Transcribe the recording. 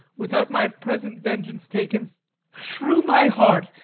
without my present vengeance taken shrew my heart,